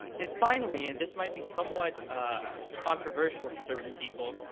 and finally, and this might be somewhat controversial to certain people,